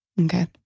okay